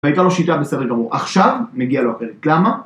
הייתה לו שיטה בסדר גמור עכשיו, עכשיו מגיע לו הפרק. גמה